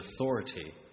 authority